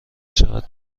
چقدر